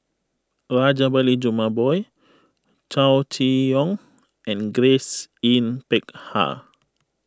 Rajabali Jumabhoy Chow Chee Yong and Grace Yin Peck Ha